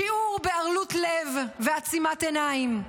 שיעור בערלות לב ובעצימת עיניים.